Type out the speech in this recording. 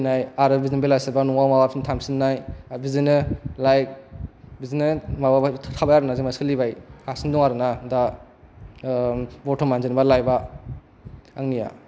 फैनाय आरो बिदिनो बेलासिबा न'आव थांफिननाय बिदिनो लाइक बिदिनो माबाबाय थाबाय आरोना जेन'बा सोलिगासिनो दं आरोना दा बरथ'मान जेन'बा लाइफ आ आंनिया